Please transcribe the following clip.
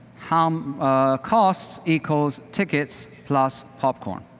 how costs equals tickets plus popcorn,